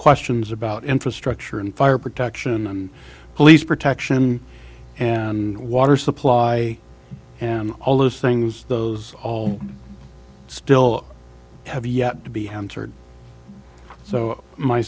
questions about infrastructure and fire protection and police protection and water supply and all those things those all still have yet to be